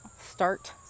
start